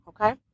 okay